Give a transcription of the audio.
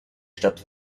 stadt